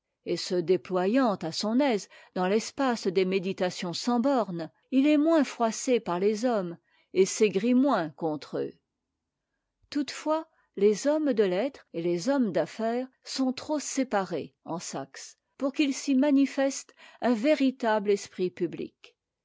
et se déployant à son aise dans l'espace des méditations sans bornes il est moins froissé par les hommes et s'aigrit moins contre eux toutefois les hommes de lettres et les hommes d'affaires sont trop séparés en saxe pour qu'il s'y manifeste un véritable esprit pubiie